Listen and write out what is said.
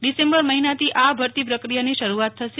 December મહિનાથી આ ભરતી પ્રક્રિયાની શરૂઆત થશે